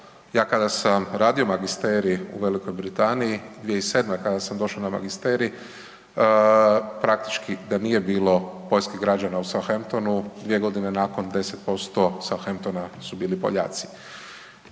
ja kada sam radio magisterij u V. Britaniji 2007., kada sam došao na magisterij, praktički da nije bilo poljskih građana u South Hamptonu, 2 g. nakon 10% South Hamptona su bili Poljaci.